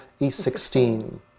E16